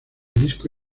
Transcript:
disco